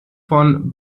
von